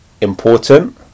important